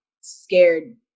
scared